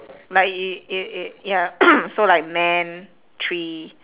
like it it it ya so like man tree